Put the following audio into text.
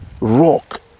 rock